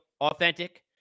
Authentic